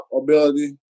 ability